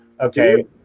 Okay